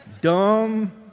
Dumb